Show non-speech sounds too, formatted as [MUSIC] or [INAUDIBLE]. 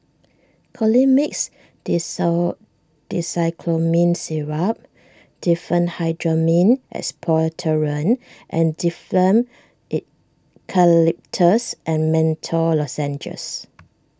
Colimix [UNINTELLIGIBLE] Dicyclomine Syrup Diphenhydramine Expectorant and Difflam Eucalyptus and Menthol Lozenges [NOISE]